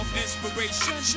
inspiration